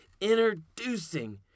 introducing